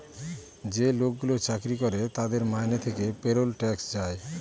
যে লোকগুলো চাকরি করে তাদের মাইনে থেকে পেরোল ট্যাক্স যায়